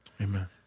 Amen